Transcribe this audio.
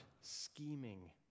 scheming